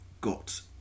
got